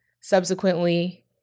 Subsequently